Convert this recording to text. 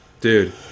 Dude